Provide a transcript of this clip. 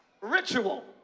ritual